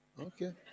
Okay